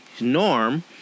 norm